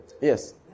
Yes